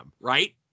right